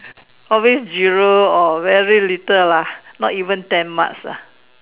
probably zero or very little lah not even ten marks lah